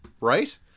right